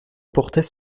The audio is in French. portait